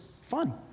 fun